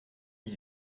dix